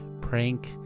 prank